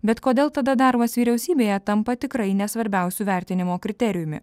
bet kodėl tada darbas vyriausybėje tampa tikrai ne svarbiausiu vertinimo kriterijumi